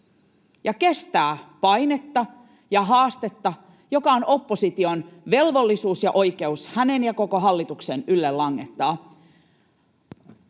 ja kestää painetta ja haastetta, joka on opposition velvollisuus ja oikeus hänen ja koko hallituksen ylle langettaa,